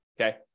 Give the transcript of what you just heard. okay